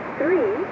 three